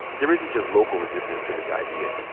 there isn't just local resistance to this idea.